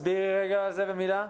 תסבירי על זה במילה.